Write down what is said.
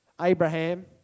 Abraham